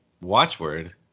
watchword